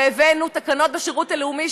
והבאנו תקנות לשירות הלאומי,